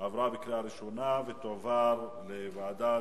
עברה בקריאה ראשונה ותועבר לוועדת